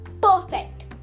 perfect